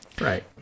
Right